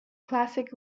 classic